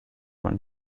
one